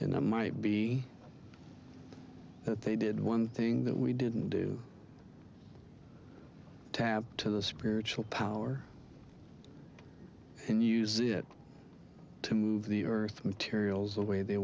and i might be that they did one thing that we didn't do to have to the spiritual power and use it to move the earth materials the way they